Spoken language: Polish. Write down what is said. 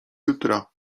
jutra